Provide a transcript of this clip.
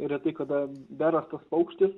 retai kada berastas paukštis